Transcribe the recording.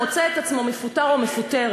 מוצא את עצמו מפוטר או מפוטרת.